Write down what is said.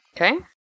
Okay